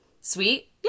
Sweet